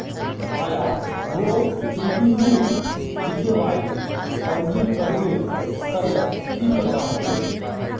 भाया, मोक डीडीयू जीकेवाईर पंजीकरनेर त न की करवा ह बे